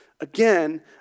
Again